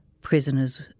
prisoners